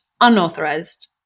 unauthorized